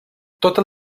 totes